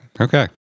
Okay